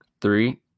three